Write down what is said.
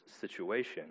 situation